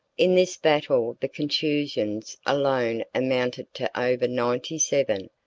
in this battle the contusions alone amounted to over ninety-seven,